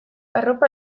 arropa